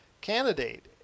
candidate